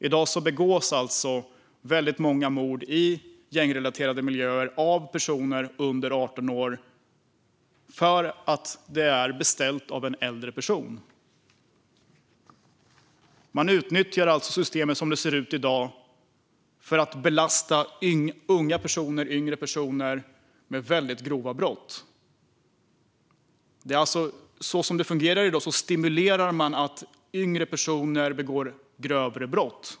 I dag begås alltså väldigt många mord i gängrelaterade miljöer av personer under 18 år för att det är beställt av en äldre person. Man utnyttjar alltså systemet som det ser ut i dag för att belasta unga personer, yngre personer, med väldigt grova brott. Som det fungerar i dag stimulerar vi alltså att yngre personer begår grövre brott.